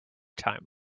time